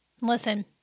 listen